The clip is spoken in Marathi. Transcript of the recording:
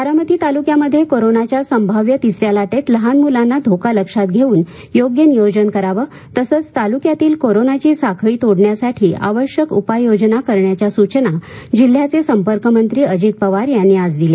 बारामती तालुक्यामध्ये कोरोनाच्या संभाव्य तिसऱ्या लाटेत लहान मुलांना धोका लक्षात घेऊन योग्य नियोजन करावे तालुक्यातील कोरोनाची साखळी तोडण्यासाठी आवश्यक उपाययोजना करण्याच्या सूचना जिल्ह्याचे संपर्क मंत्री अजित पवार यांनी आज दिल्या